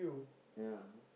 ya